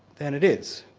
then it is.